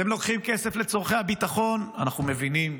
אתם לוקחים כסף לצורכי הביטחון, אנחנו מבינים,